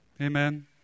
Amen